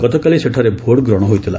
ଗତକାଲି ସେଠାରେ ଭୋଟ୍ଗ୍ରହଣ ହୋଇଥିଲା